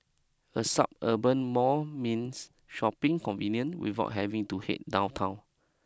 a suburban mall means shopping convenient without having to head downtown